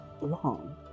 long